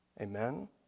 Amen